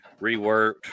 reworked